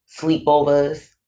sleepovers